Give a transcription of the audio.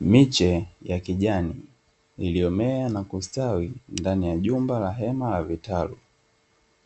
Miche ya kijani iliyomea na kustawi ndani ya jumba la hema la vitalu,